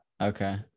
okay